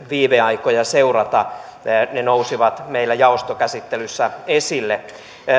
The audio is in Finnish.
viiveaikoja seurata ne nousivat meillä jaostokäsittelyssä esille